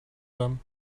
them